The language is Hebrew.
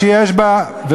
שיש בה,